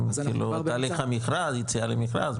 כאילו תהליך המכרז יציאה למכרז,